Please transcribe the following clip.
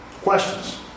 Questions